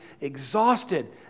exhausted